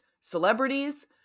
celebrities